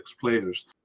players